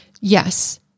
Yes